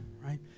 Right